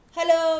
Hello